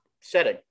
setting